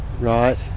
Right